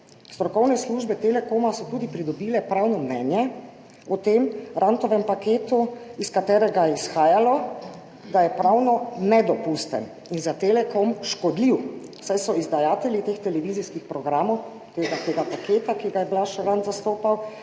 Strokovne službe Telekoma so tudi pridobile pravno mnenje o tem Rantovem paketu, iz katerega je izhajalo, da je pravno nedopusten in za Telekom škodljiv, saj so izdajatelji teh televizijskih programov, tega paketa, ki ga je Blaž Rant zastopal,